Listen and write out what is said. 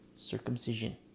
circumcision